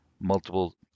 multiple